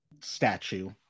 statue